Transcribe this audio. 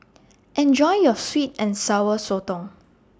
Enjoy your Sweet and Sour Sotong